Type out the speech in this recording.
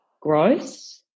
growth